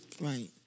Right